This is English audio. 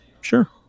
Sure